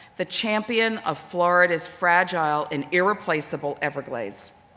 the champion of florida's fragile and irreplaceable everglades.